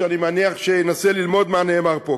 שאני מניח שינסה ללמוד מה נאמר פה,